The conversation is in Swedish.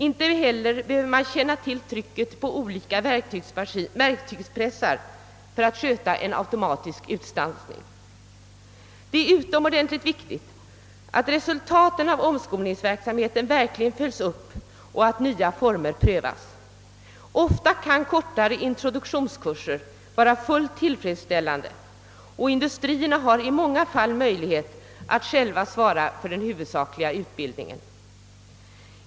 Inte heller behöver man känna till trycket på olika verktygspressar för att sköta en automatisk utstansning. Det är utomordentligt viktigt att resultaten av omskolningsverksamheten verkligen följs upp och att nya former prövas. Ofta kan korta introduktionskurser vara fullt tillfredsställande, och industrierna har i många fall möjligheter att själva svara för den huvudsakliga utbildningen.